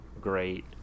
great